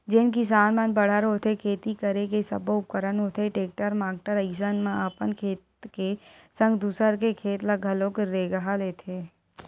जेन किसान मन बड़हर होथे खेती करे के सब्बो उपकरन होथे टेक्टर माक्टर अइसन म अपन खेत के संग दूसर के खेत ल घलोक रेगहा लेथे